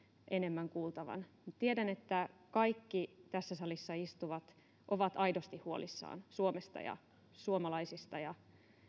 enemmän kuultavan tiedän että kaikki tässä salissa istuvat ovat aidosti huolissaan suomesta ja suomalaisista ja